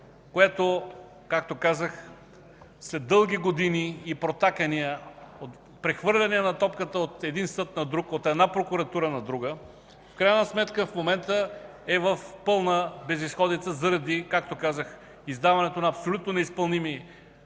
г., което след дълги години и протакания, прехвърляне на топката от един съд на друг, от една прокуратура на друга, в крайна сметка в момента е в пълна безизходица заради, както казах, издаването на абсолютно неизпълними